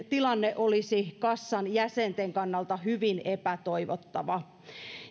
tilanne olisi kassan jäsenten kannalta hyvin epätoivottava